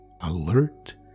Alert